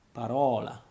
parola